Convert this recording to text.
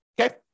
Okay